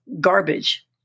garbage